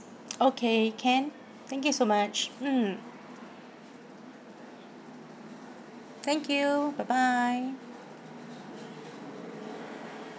okay can thank you so much mm thank you bye bye